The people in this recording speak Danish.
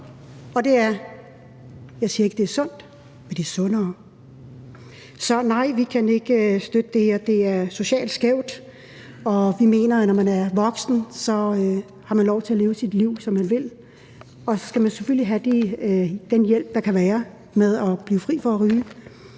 Og jeg siger ikke, det er sundt, men det er sundere. Så nej, vi kan ikke støtte det her. Det er socialt skævt. Og vi mener, at når man er voksen, har man lov til at leve sit liv, som man vil, og så skal man selvfølgelig have den hjælp, der kan være, til at holde op med at ryge.